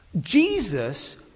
Jesus